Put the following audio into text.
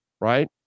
right